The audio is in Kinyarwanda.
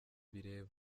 bireba